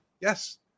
Yes